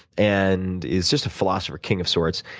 and is just a philosopher king of sorts.